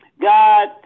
God